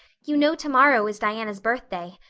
you know tomorrow is diana's birthday.